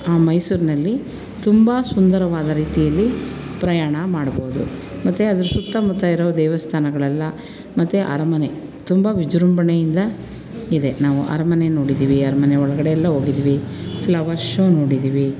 ಆ ಮೈಸೂರಿನಲ್ಲಿ ತುಂಬ ಸುಂದರವಾದ ರೀತಿಯಲ್ಲಿ ಪ್ರಯಾಣ ಮಾಡ್ಬೋದು ಮತ್ತೆ ಅದ್ರ ಸುತ್ತಮುತ್ತ ಇರುವ ದೇವಸ್ಥಾನಗಳೆಲ್ಲ ಮತ್ತೆ ಅರಮನೆ ತುಂಬ ವಿಜೃಂಭಣೆಯಿಂದ ಇದೆ ನಾವು ಅರಮನೆ ನೋಡಿದ್ದೀವಿ ಅರಮನೆ ಒಳಗಡೆಯೆಲ್ಲ ಹೋಗಿದ್ದೀವಿ ಫ್ಲವರ್ ಶೋ ನೋಡಿದ್ದೀವಿ